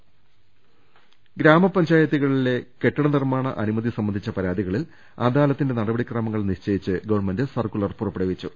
circular ഗ്രാമപഞ്ചായത്തുകളിലെ കെട്ടിട നിർമ്മാണ അനുമതി സംബന്ധിച്ച പരാതികളിൽ അദാലത്തിന്റെ നടപടി ക്രമങ്ങൾ നിശ്ചയിച്ച് ഗവൺമെന്റ് സർക്കുലർ പുറപ്പെടുവിച്ചു